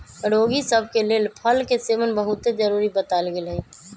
रोगि सभ के लेल फल के सेवन बहुते जरुरी बतायल गेल हइ